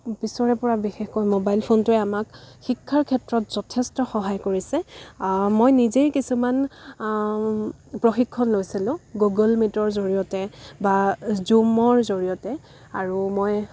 পিছৰে পৰা বিশেষকৈ মোবাইল ফোনটোৱে আমাক শিক্ষাৰ ক্ষেত্ৰত যথেষ্ট সহায় কৰিছে মই নিজেই কিছুমান প্ৰশিক্ষণ লৈছিলোঁ গুগ'ল মিটৰ জড়িয়তে বা যুমৰ জড়িয়তে আৰু মই